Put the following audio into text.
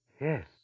Yes